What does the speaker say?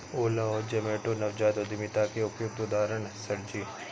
ओला और जोमैटो नवजात उद्यमिता के उपयुक्त उदाहरण है सर जी